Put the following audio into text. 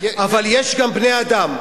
אבל יש גם בני-אדם,